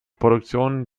produktion